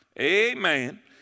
Amen